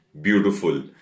beautiful